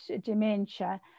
dementia